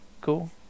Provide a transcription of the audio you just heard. Cool